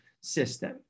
system